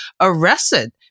arrested